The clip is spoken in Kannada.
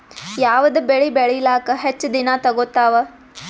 ಯಾವದ ಬೆಳಿ ಬೇಳಿಲಾಕ ಹೆಚ್ಚ ದಿನಾ ತೋಗತ್ತಾವ?